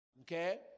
Okay